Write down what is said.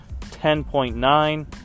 10.9